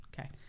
okay